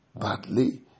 badly